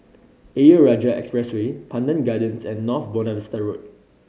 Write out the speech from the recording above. Ayer Rajah Expressway Pandan Gardens and North Buona Vista Road